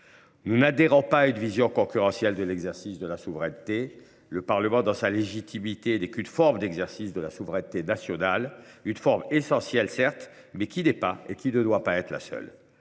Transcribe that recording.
Nous n’adhérons pas à une vision concurrentielle de l’exercice de la souveraineté : le Parlement, dans sa légitimité, n’est que l’une des formes d’exercice de la souveraineté nationale – une forme essentielle, certes, mais qui n’est pas et ne doit pas être la seule.